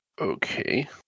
Okay